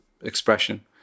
expression